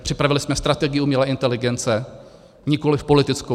Připravili jsme strategii umělé inteligence, nikoliv politickou.